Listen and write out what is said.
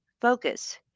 focus